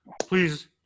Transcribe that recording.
please